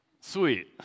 Sweet